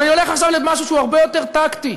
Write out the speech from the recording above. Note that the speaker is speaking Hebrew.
אבל אני הולך עכשיו למשהו שהוא הרבה יותר טקטי: